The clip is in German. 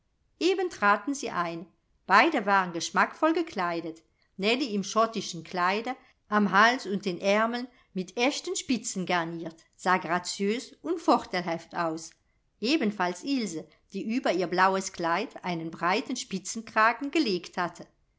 eben traten sie ein beide waren geschmackvoll gekleidet nellie im schottischen kleide am hals und den aermeln mit echten spitzen garniert sah graziös und vorteilhaft aus ebenfalls ilse die über ihr blaues kleid einen breiten spitzenkragen gelegt hatte